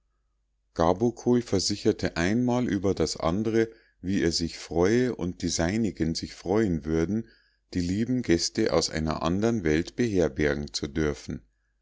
gabokol versicherte einmal über das andre wie er sich freue und die seinigen sich freuen würden die lieben gäste aus einer andern welt beherbergen zu dürfen